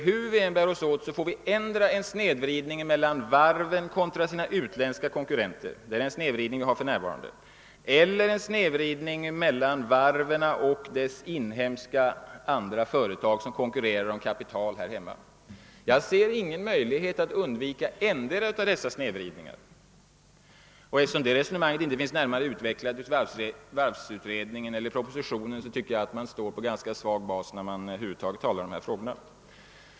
Hur vi än bär oss åt får vi endera en snedvridning mellan de svenska varven och deras utländska konkurrenter — det är en sådan snedvridning vi har för närvarande — eller en snedvridning mellan de svenska varven och andra inhemska företag som här hemma konkurrerar om kapital. Jag ser ingen möjlighet att undvika endera av dessa snedvridningar. Eftersom det resonemanget inte har utvecklats närmare i varvsutredningens betänkande eller i propositionen, tycker jag man står på en svag bas när man talar om de här frågorna.